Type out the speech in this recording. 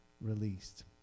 released